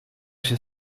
się